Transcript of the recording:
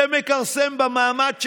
זה מכרסם במעמד שלכם,